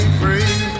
free